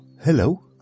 Hello